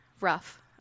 rough